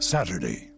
Saturday